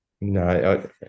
No